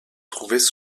trouvaient